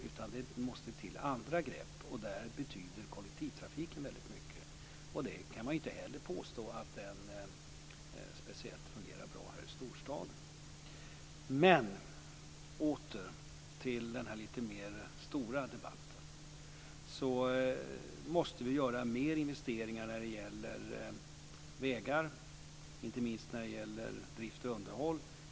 Det måste till andra grepp, och där betyder kollektivtrafiken väldigt mycket. Man kan ju inte påstå att den fungerar speciellt bra här i storstaden. Låt mig återgå till den här lite större debatten. Vi måste göra fler investeringar när det gäller vägar, inte minst när det gäller drift och underhåll.